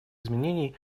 изменений